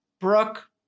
Brooke